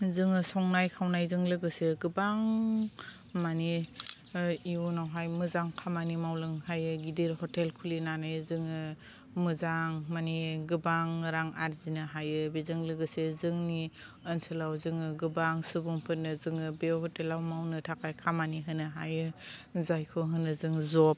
जोङो संनाय खावनायजों लोगोसे गोबां माने इयुनावहाय मोजां खामानि मावलांनो हायो गिदिर हटेल खुलिनानै जोङो मोजां माने गोबां रां आरजिनो हायो बेजों लोगोसे जोंनि ओनसोलाव जोङो गोबां सुुबुंफोरनो जोङो बे हटेलाव मावनो थाखाय खामानि होनो हायो जायखौ होनो जोङो जब